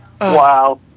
Wow